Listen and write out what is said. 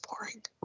boring